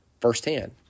firsthand